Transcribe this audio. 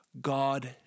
God